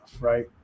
right